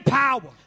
power